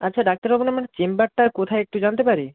আচ্ছা ডাক্তার বাবু চেম্বারটা কোথায় একটু জানতে পারি